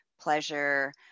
pleasure